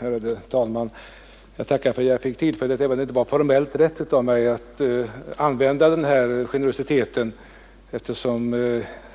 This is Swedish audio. Fru talman! Jag tackar för att jag fick tillfälle till replik, även om det inte är formellt rätt av mig att använda den här generositeten.